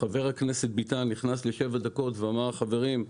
חבר הכנסת ביטן נכנס לשבע דקות ואמר "חברים,